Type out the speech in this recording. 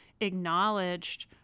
acknowledged